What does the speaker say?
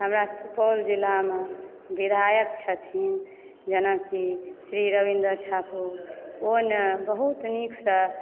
हमरा सुपौल जिलामे विधायक छथिन जेनाकि श्री रविन्द्र ठाकुर ओ न बहुत नीकसँ